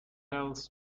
health